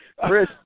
Chris